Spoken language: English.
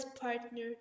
partner